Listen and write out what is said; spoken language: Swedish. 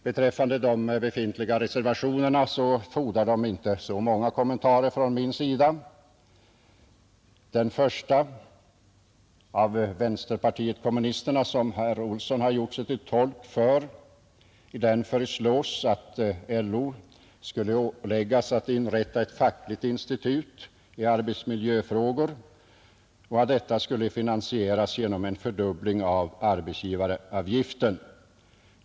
Beträffande de befintliga reservationerna så fordrar de inte så många kommentarer från min sida, I reservationen 1, från vänsterpartiet kommunisterna, som herr Olsson i Stockholm har gjort sig till tolk för, föreslås att LO skulle åläggas att inrätta ett fackligt institut i arbetsmiljöfrågor och att detta skulle finansieras genom en fördubbling av arbetsgivaravgiften.